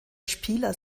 spieler